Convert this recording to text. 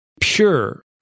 pure